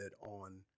on